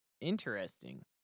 Interesting